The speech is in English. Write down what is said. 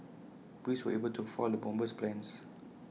Police were able to foil the bomber's plans